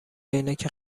عینک